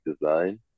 design